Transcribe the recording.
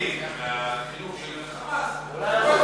על החינוך של ה"חמאס", לא,